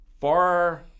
Far